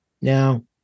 Now